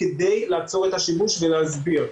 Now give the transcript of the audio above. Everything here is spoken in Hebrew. כדי לעצור את השימוש ולהסביר.